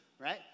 Right